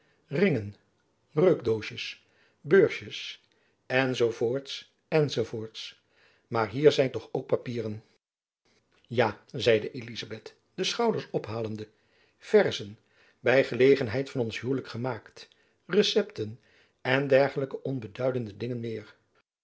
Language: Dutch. ringen reukdoosjens beursjens enz enz maar hier zijn toch ook papieren ja zeide elizabeth de schouders ophalende vaerzen by gelegenheid van ons huwlijk gemaakt recepten en dergelijke onbeduidende dingen meer